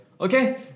Okay